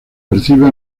percibe